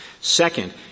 Second